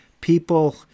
people